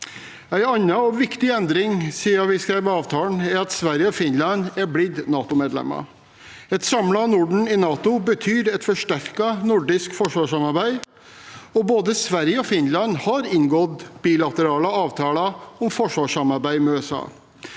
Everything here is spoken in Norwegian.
En annen og viktig endring siden vi skrev avtalen, er at Sverige og Finland er blitt NATO-medlemmer. Et samlet Norden i NATO betyr et forsterket nordisk forsvarssamarbeid. Både Sverige og Finland har inngått bilaterale avtaler om forsvarssamarbeid med USA.